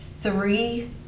three